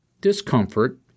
discomfort